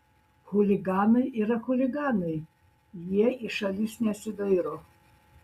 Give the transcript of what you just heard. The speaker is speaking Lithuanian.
chuliganai yra chuliganai jie į šalis nesidairo